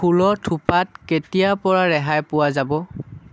ফুলৰ থোপাত কেতিয়াৰ পৰা ৰেহাই পোৱা যাব